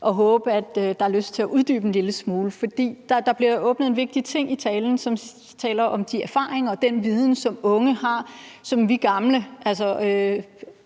og håbe, at han har lyst til at uddybe noget en lille smule. For der bliver åbnet for en vigtig ting i talen, når han taler om de erfaringer og den viden, som unge har i forhold til os gamle. Altså,